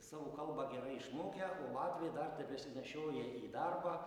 savo kalbą gerai išmokę latviai dar tebesinešioja į darbą